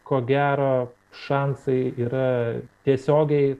ko gero šansai yra tiesiogiai